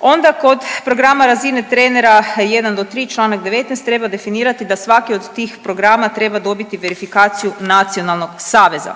Onda kod programa razine trenera 1 do 3 Članak 19. treba definirati da svaki od tih programa treba dobiti verifikaciju Nacionalnog saveza.